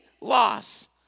loss